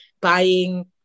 buying